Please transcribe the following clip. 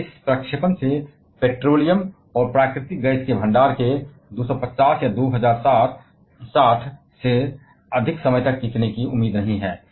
और बस इस प्रक्षेपण से पेट्रोलियम और प्राकृतिक गैस का भंडार 2050 या 2060 से अधिक समय तक चलने की उम्मीद नहीं है